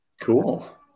Cool